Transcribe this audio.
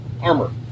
Armor